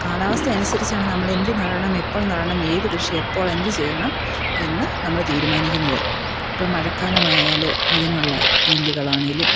കാലാവസ്ഥ അനുസരിച്ചാണ് നമ്മളെന്തു നടണം എപ്പോൾ നടണം ഏതു കൃഷി എപ്പോളെന്ത് ചെയ്യണം എന്ന് നമ്മൾ തീരുമാനിക്കുന്നത് ഇപ്പം മഴക്കാലമായാൽ അതിനുള്ള നെല്ലുകളാണെങ്കിലും